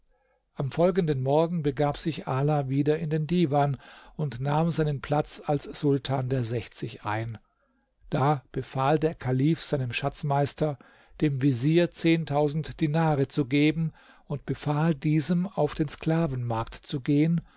am folgenden morgen begab sich ala wieder in den divan und nahm seinen platz als sultan der sechzig ein da befahl der kalif seinem schatzmeister dem vezier zehntausend dinare zu geben und befahl diesem auf den sklavenmarkt zu gehen